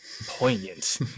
poignant